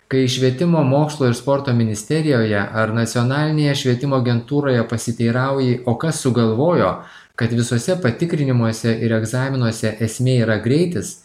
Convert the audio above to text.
kai švietimo mokslo ir sporto ministerijoje ar nacionalinėje švietimo agentūroje pasiteirauji o kas sugalvojo kad visose patikrinimuose ir egzaminuose esmė yra greitis